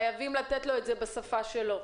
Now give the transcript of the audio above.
חייבים לתת לו את זה בשפה שלו.